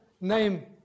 name